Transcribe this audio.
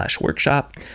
workshop